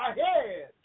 ahead